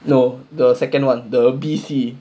no the second one the B C